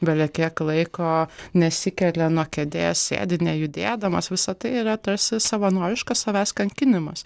belekiek laiko nesikelia nuo kėdės sėdi nejudėdamas visa tai yra tarsi savanoriškas savęs kankinimas